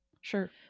Sure